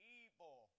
evil